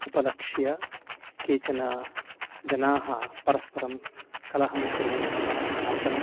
उपलक्ष्य केचन जनाः परस्परं कलहं कुर्वन्तः आसन्